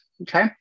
Okay